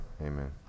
Amen